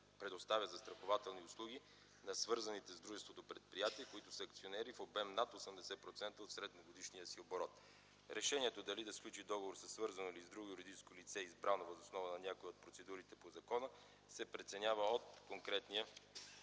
предоставя застрахователни услуги на свързаните с дружеството предприятия, които са акционери в обем над 80% от средногодишния си оборот. Решението дали да сключи договор със свързано или с друго юридическо лице, избрано въз основа на някои от процедурите по закона се преценява от конкретния